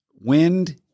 wind